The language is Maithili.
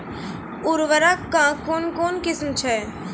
उर्वरक कऽ कून कून किस्म छै?